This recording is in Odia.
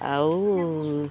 ଆଉ